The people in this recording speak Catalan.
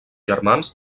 germans